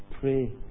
pray